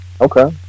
Okay